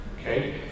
Okay